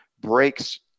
breaks